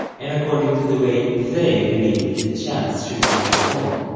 and according to the way they believed the chants should be performed.